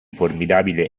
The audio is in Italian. formidabile